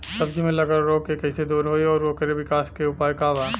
सब्जी में लगल रोग के कइसे दूर होयी और ओकरे विकास के उपाय का बा?